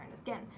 again